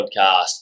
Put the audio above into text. podcast